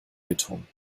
beton